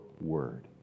word